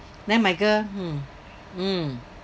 then my girl hmm mm